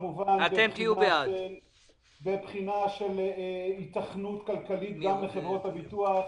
כמובן בבחינה של היתכנות כלכלית גם בחברות הביטוח,